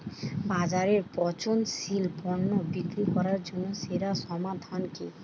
বাজারে পচনশীল পণ্য বিক্রি করার জন্য সেরা সমাধান কি?